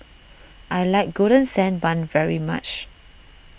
I like Golden Sand Bun very much